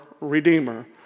Redeemer